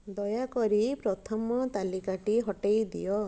ଦୟାକରି ପ୍ରଥମ ତାଲିକାଟି ହଟାଇ ଦିଅ